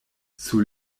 sur